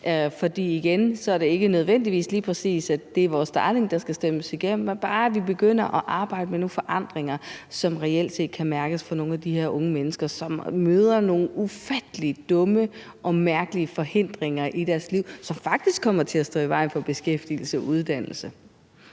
er det ikke nødvendigvis lige præcis vores darling, der skal stemmes igennem, bare vi begynder at arbejde med at skabe nogle forandringer, som reelt kan mærkes hos de unge mennesker, som møder nogle ufattelig dumme og mærkelige forhindringer i deres liv, som faktisk kommer til at stå i vejen for beskæftigelse og uddannelse.